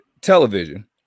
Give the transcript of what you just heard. television